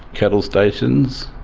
cattle stations.